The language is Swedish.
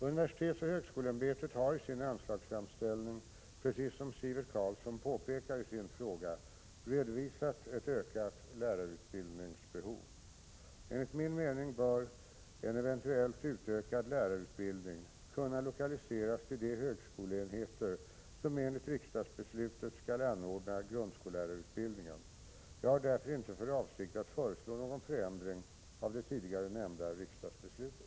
Universitetsoch högskoleämbetet har i sin anslagsframställning, precis som Sivert Carlsson påpekar i sin fråga, redovisat ett ökat lärarutbildningsbehov. Enligt min mening bör en eventuellt utökad lärarutbildning kunna lokaliseras till de högskoleenheter som enligt riksdagsbeslutet skall anordna grundskollärarutbildningen. Jag har därför inte för avsikt att föreslå någon förändring av det tidigare nämnda riksdagsbeslutet.